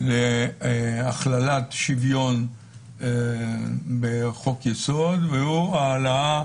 להכללת שוויון בחוק-יסוד, והוא העלאה